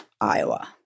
Iowa